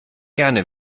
gerne